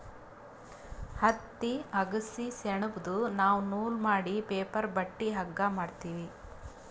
ಹತ್ತಿ ಅಗಸಿ ಸೆಣಬ್ದು ನಾವ್ ನೂಲ್ ಮಾಡಿ ಪೇಪರ್ ಬಟ್ಟಿ ಹಗ್ಗಾ ಮಾಡ್ತೀವಿ